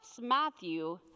Matthew